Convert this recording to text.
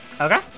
Okay